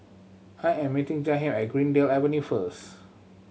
I am meeting Jahiem at Greendale Avenue first